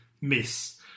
miss